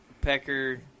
pecker